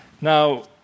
Now